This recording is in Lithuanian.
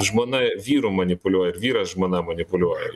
žmona vyru manipuliuoja ir vyras žmona manipuliuojama